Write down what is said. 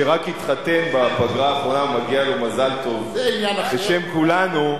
שרק התחתן בפגרה האחרונה ומגיע לו "מזל טוב" בשם כולנו,